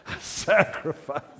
sacrifice